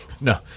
No